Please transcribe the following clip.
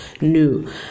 new